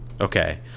Okay